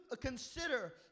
consider